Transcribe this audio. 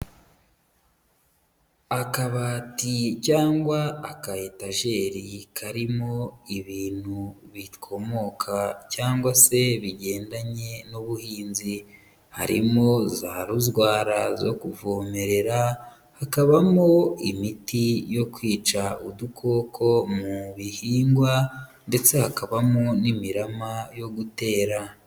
Akabati cyangwa aka etajeri karimo ibintu bikomoka cyangwa se bigendanye n'ubuhinzi, harimo za ruzwara zo kuvomerera, hakabamo imiti yo kwica udukoko mu bihingwa ndetse hakabamo n'imirama yo gutera.